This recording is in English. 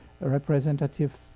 representative